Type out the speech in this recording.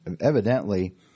evidently